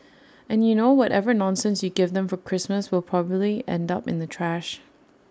and you know whatever nonsense you give them for Christmas will probably end up in the trash